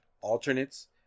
alternates